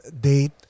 date